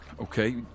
okay